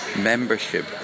membership